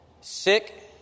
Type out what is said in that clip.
sick